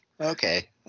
Okay